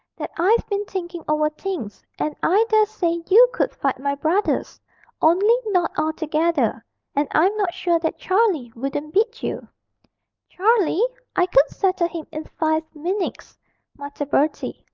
that i've been thinking over things, and i dare say you could fight my brothers only not all together and i'm not sure that charlie wouldn't beat you charlie! i could settle him in five minutes muttered bertie,